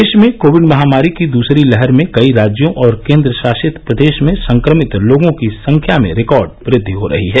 देश में कोविड महामारी की दूसरी लहर में कई राज्यों और केंद्र शासित प्रदेश में संक्रमित लोगों की संख्या में रिकॉर्ड वृद्धि हो रही है